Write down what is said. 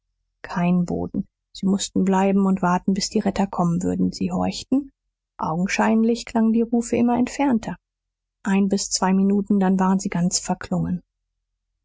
kein boden sie mußten bleiben und warten bis die retter kommen würden sie horchten augenscheinlich klangen die rufe immer entfernter ein bis zwei minuten dann waren sie ganz verklungen